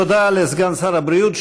תודה לסגן שר הבריאות.